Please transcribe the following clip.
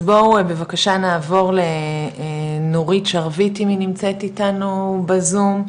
אז בואו בבקשה נעבור לנורית שרביט אם היא נמצאת איתנו בזום,